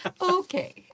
Okay